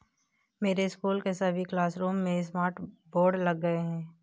मेरे स्कूल के सभी क्लासरूम में स्मार्ट बोर्ड लग गए हैं